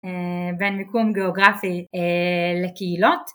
בין מיקום גיאוגרפי, לקהילות